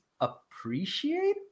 appreciate